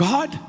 God